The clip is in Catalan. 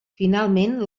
finalment